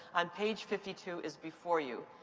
on page fifty two, is before you.